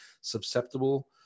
susceptible